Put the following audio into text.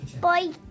bye